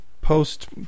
post